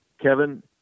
Kevin